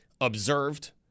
observed